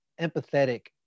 empathetic